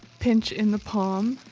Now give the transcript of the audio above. pinch in the palm,